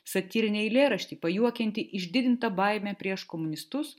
satyrinį eilėraštį pajuokiantį išdidintą baimę prieš komunistus